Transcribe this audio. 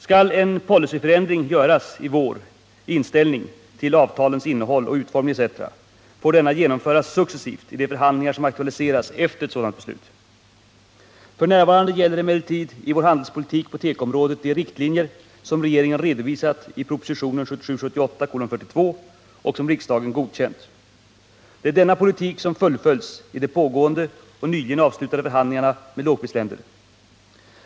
Skall en policyförändring göras i vår inställning till avtalens innehåll och utformning etc., får denna genomföras successivt i de förhandlingar som aktualiseras efter ett sådant beslut. F. n. gäller emellertid i vår handelspolitik på tekoområdet de riktlinjer som regeringen redovisat i proposition 1977/ 78:42 och som riksdagen godkänt. Det är denna politik som fullföljs i de pågående eller nyligen avslutade förhandlingarna med lågprisländer.